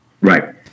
Right